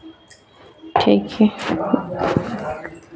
ठीक छै